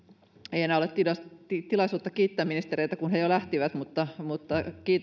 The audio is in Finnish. ei enää ole tilaisuutta kiittää ministereitä kun he jo lähtivät mutta